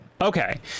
Okay